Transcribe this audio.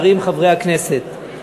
שרים וחברי הכנסת,